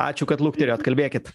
ačiū kad lukterėjot kalbėkit